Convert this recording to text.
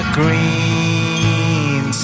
green